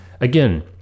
again